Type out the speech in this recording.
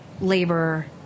labor